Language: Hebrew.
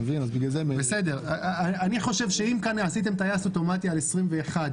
אני חושב שאם כאן עשיתם טייס אוטומטי על 2021,